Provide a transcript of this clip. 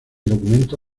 documento